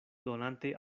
donante